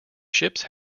ships